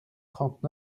trente